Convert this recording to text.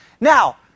Now